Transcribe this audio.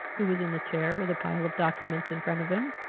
who was in the chair, with a pile of documents in front of him,